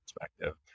perspective